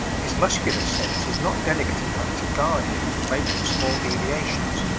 his muscular sense is not delicate enough to guard him from making small deviations.